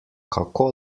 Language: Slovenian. kako